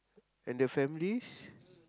and the families